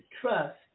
trust